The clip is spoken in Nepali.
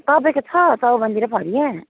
तपाईँको छ चौबन्दी र फरिया